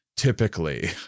Typically